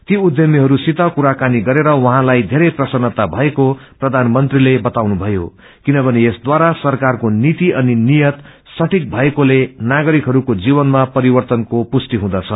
ती उथ्यमिहस्सित कुराक्रानी गरेर उहाँलाई थेरै प्रसन्नता भएको प्रधानगंत्रीले बताउनुभयो किनभने यसद्वारा सरकारको नीति अनि नीयत सठिक भएकोले नागरिकहरूको जीवनमा परिवर्तनको पुष्टि हुँदछ